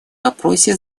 вопросе